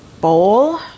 bowl